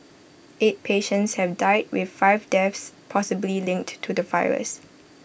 eight patients have died with five deaths possibly linked to the virus